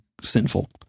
sinful